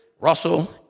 Russell